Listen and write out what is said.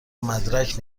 مدرک